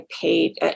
paid